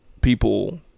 people